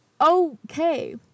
okay